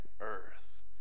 earth